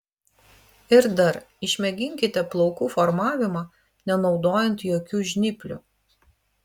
ir dar išmėginkite plaukų formavimą nenaudojant jokių žnyplių